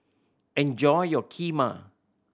enjoy your Kheema